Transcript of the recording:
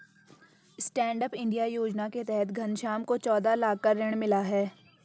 stand up India योजना के तहत घनश्याम को चौदह लाख का ऋण मिला है